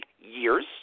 years